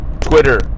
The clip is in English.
Twitter